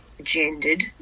gendered